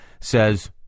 says